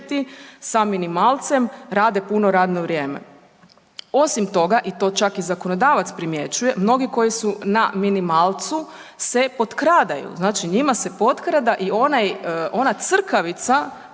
sa minimalcem, rade puno radno vrijeme. Osim toga i to čak i zakonodavac primjećuje, mnogi koji su na minimalcu se potkradaju, znači njima se potkrada i ona crkavica